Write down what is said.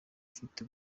ufite